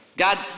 God